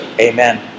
Amen